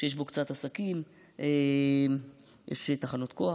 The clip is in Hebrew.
שיש בו קצת עסקים, יש תחנות כוח,